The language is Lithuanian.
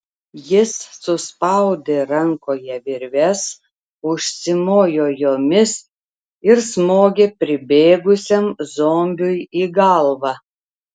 jis suspaudė rankoje virves užsimojo jomis ir smogė pribėgusiam zombiui į galvą